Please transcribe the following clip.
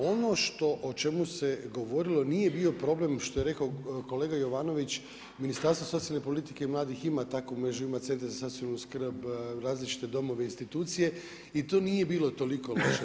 Ono što o čemu se govorilo nije bio problem što je rekao kolega Jovanović, Ministarstvo socijalne politike i mladih ima takvu mrežu, ima centre za socijalnu skrb, različite domove i institucije i to nije bilo toliko loše.